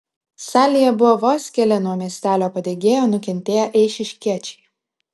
salėje buvo vos keli nuo miestelio padegėjo nukentėję eišiškiečiai